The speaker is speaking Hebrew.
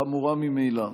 החמורה ממילא.